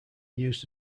used